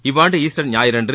இவ்வாண்டு ஈஸ்டர் ஞாயிறன்று